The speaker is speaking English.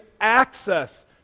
access